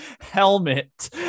helmet